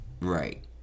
Right